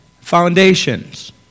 foundations